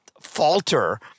falter